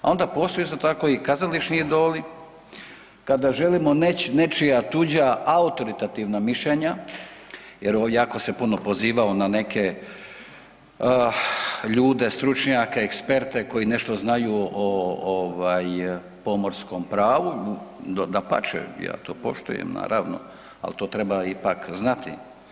A onda isto tako postoje i kazališni idoli kada želimo nečija tuđa autoritativna mišljenja jer jako se puno pozivao na neke ljude, stručnjake eksperte koji nešto znaju o pomorskom pravu, dapače ja to poštujem naravno, ali to treba ipak znati.